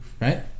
right